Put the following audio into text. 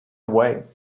way